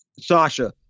Sasha